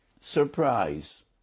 Surprise